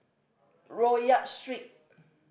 Rodyk Street